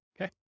Okay